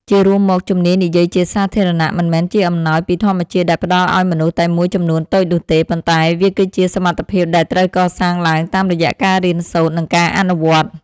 ជារួមមក ជំនាញនិយាយជាសាធារណៈមិនមែនជាអំណោយពីធម្មជាតិដែលផ្ដល់ឱ្យមនុស្សតែមួយចំនួនតូចនោះទេ ប៉ុន្តែវាគឺជា សមត្ថភាពដែលត្រូវកសាងឡើងតាមរយៈការរៀនសូត្រ និងការអនុវត្ត។